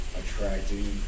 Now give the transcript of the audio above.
attracting